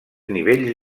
nivells